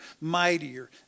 mightier